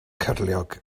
cyrliog